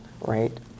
right